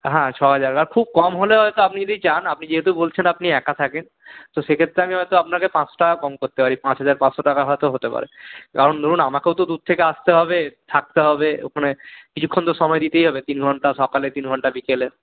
হ্যাঁ ছ হাজার আর খুব কম হলে হয়তো আপনি যদি চান আপনি যেহেতু বলছেন আপনি একা থাকেন তো সে ক্ষেত্রে হয়তো আমি আপনাকে পাঁচশো টাকা কম করতে পারি পাঁচ হাজার পাঁচশো টাকা হয়তো হতে পারে কারণ ধরুন আমাকেও তো দূর থেকে আসতে হবে থাকতে হবে ওখানে কিছুক্ষণ তো সময় দিতেই হবে তিন ঘন্টা সকালে তিন ঘন্টা বিকেলে